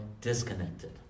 disconnected